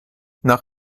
nach